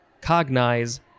cognize